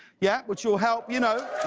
yeah, which will help, you know